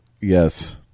Yes